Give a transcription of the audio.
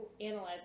analyze